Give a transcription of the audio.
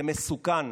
זה מסוכן.